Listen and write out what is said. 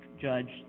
judge